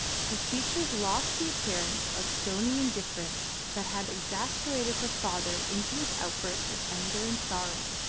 her features lost the appearance of stony indifference that had exasperated her father into his outburst of anger and sorrow.